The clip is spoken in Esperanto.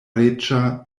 reĝa